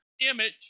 image